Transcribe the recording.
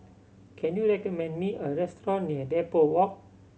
can you recommend me a restaurant near Depot Walk